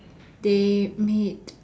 they made